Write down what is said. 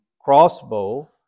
crossbow